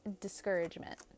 discouragement